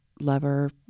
lover